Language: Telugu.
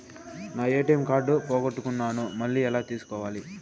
నా ఎ.టి.ఎం కార్డు పోగొట్టుకున్నాను, మళ్ళీ ఎలా తీసుకోవాలి?